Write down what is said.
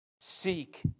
Seek